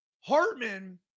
Hartman